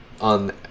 on